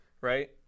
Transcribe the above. right